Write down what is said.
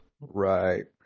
Right